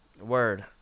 Word